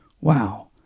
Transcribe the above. wow